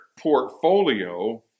portfolio